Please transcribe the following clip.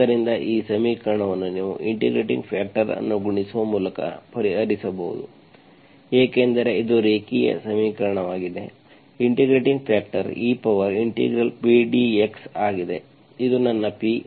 ಆದ್ದರಿಂದ ಈ ಸಮೀಕರಣವನ್ನು ನೀವು ಇಂಟಿಗ್ರೇಟಿಂಗ್ ಫ್ಯಾಕ್ಟರ್ ಅನ್ನು ಗುಣಿಸುವ ಮೂಲಕ ಪರಿಹರಿಸಬಹುದು ಏಕೆಂದರೆ ಇದು ರೇಖೀಯ ಸಮೀಕರಣವಾಗಿದೆ ಇಂಟಿಗ್ರೇಟಿಂಗ್ ಫ್ಯಾಕ್ಟರ್ eP dx ಆಗಿದೆ ಇದು ನನ್ನ P